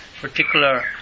particular